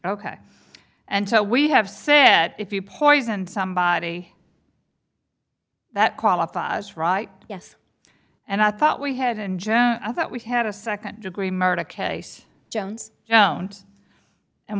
ok and so we have said if you poisoned somebody that qualifies right yes and i thought we had in june i thought we had a nd degree murder case jones jones and